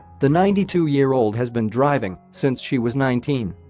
the ninety two year old has been driving since she was nineteen.